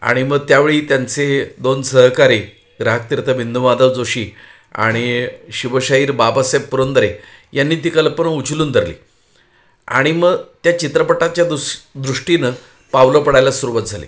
आणि मग त्यावेळी त्यांचे दोन सहकारी ग्राहकतीर्थ बिंदू माधव जोशी आणि शिवशाहीर बाबासाहेब पुरंदरे यांनी ती कल्पना उचलून धरली आणि मग त्या चित्रपटाच्या दुस दृष्टीनं पावलं पडायला सुरुवात झाली